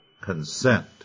Consent